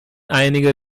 einige